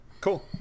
Cool